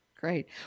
Great